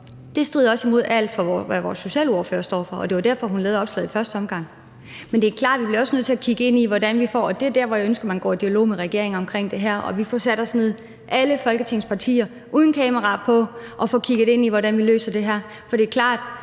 Det strider også imod alt, hvad vores socialordfører står for, og det var derfor, hun lavede opslaget i første omgang. Men det er klart: Vi bliver også nødt til at kigge ind i, hvordan vi får løst det her, og det er der, hvor jeg ønsker, at man går i dialog med regeringen, og at vi, alle Folketingets partier, får sat os ned uden kameraer på og får kigget ind i, hvordan vi løser det her. For det er klart,